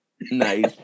Nice